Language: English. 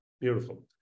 Beautiful